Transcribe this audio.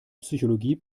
psychologie